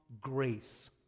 grace